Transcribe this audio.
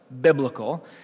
biblical